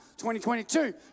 2022